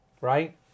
right